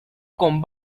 con